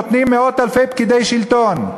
נותנים מאות אלפי פקידי שלטון?